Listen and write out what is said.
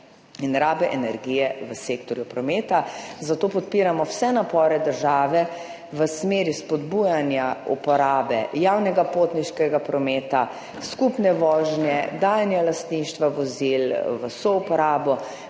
in rabe energije v sektorju prometa, zato podpiramo vse napore države v smeri spodbujanja uporabe javnega potniškega prometa, skupne vožnje, dajanja lastništva vozil v souporabo,